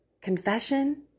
confession